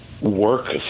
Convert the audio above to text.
work